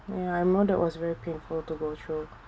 ya I know that was very painful to go through